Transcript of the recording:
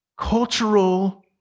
Cultural